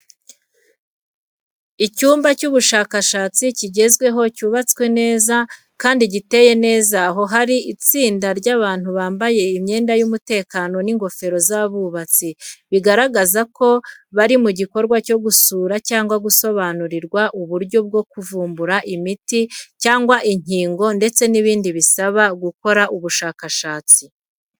Icyumba cy'ubushakashatsi kigezweho cyubatswe neza, kandi giteye neza aho hari itsinda ry’abantu bambaye imyenda y’umutekano n’ingofero z’abubatsi, bigaragaza ko bari mu gikorwa cyo gusura cyangwa gusobanurirwa uburyo bwo kuvumbura imiti cyanga inkingo ndetse n'ibindi bisaba gukora ubushakashatsi.